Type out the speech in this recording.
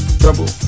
trouble